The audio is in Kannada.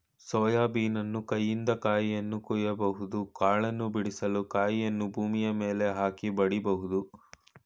ಸೋಯಾ ಬೀನನ್ನು ಕೈಯಿಂದ ಕಾಯಿಯನ್ನು ಕೊಯ್ಯಬಹುದು ಕಾಳನ್ನು ಬಿಡಿಸಲು ಕಾಯಿಯನ್ನು ಭೂಮಿಯ ಮೇಲೆ ಹಾಕಿ ಬಡಿಬೋದು